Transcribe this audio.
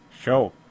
Show